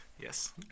Yes